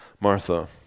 Martha